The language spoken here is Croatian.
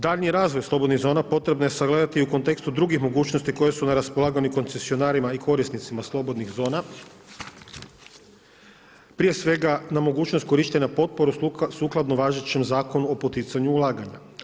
Daljnji razvoj slobodnih zona potrebno je sagledati u kontekstu drugih mogućnosti koje su na raspolaganju koncesionarima i korisnicima slobodnih zona, prije svega na mogućnost korištenja potpora sukladno važećem Zakonu o poticanju ulaganja.